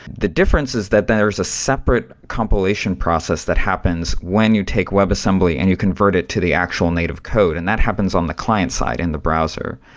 the difference is that there's a separate compilation process that happens when you take webassembly and you convert it to the actual native code, and that happens on the client side in the browser.